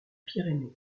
pyrénées